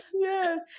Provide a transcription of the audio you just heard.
yes